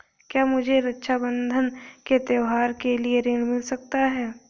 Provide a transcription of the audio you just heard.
क्या मुझे रक्षाबंधन के त्योहार के लिए ऋण मिल सकता है?